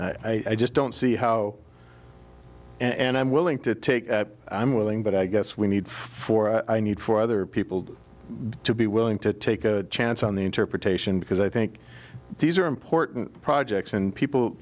don't see how and i'm willing to take i'm willing but i guess we need for i need for other people to be willing to take a chance on the interpretation because i think these are important projects and people